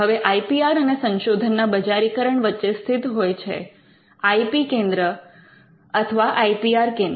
હવે I P R અને સંશોધનના બજારીકરણ વચ્ચે સ્થિત હોય છે આઇ પી કેન્દ્ર અથવા આઈ પી આર કેન્દ્ર